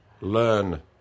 learn